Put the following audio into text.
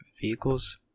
vehicles